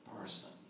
person